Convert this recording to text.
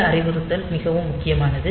இந்த அறிவுறுத்தல் மிகவும் முக்கியமானது